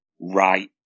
right